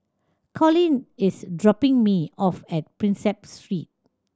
Collin is dropping me off at Prinsep Street